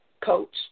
coach